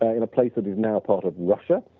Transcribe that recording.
ah in a place that is now part of russia,